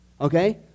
okay